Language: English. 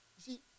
see